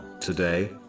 today